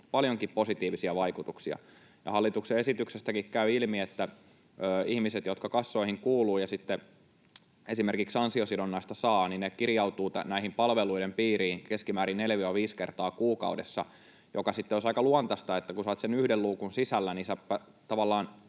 paljonkin positiivisia vaikutuksia. Hallituksen esityksestäkin käy ilmi, että ihmiset, jotka kassoihin kuuluvat ja sitten esimerkiksi ansiosidonnaista saavat, kirjautuvat näiden palveluiden piiriin keskimäärin 4—5 kertaa kuukaudessa. Sitten olisi aika luontaista, että kun sinä olet sen yhden luukun sisällä, niin sinä tavallaan